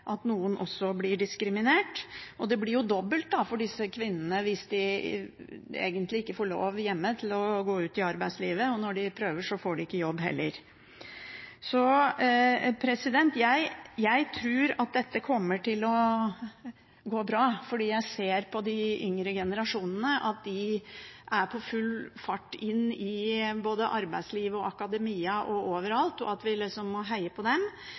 at noen blir diskriminert, og det blir jo dobbelt opp for disse kvinnene hvis de egentlig ikke får lov hjemme til å gå ut i arbeidslivet, og når de prøver, får de heller ikke jobb. Jeg tror at dette kommer til å gå bra, for jeg ser på de yngre generasjonene at de er på full fart inn både i arbeidslivet, i akademia og over alt, og vi må heie på dem.